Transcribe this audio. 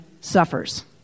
suffers